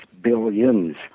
billions